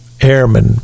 airmen